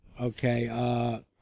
Okay